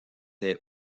est